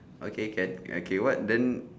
okay can okay what then